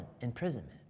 imprisonment